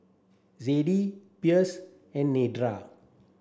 Zadie Pierce and Nedra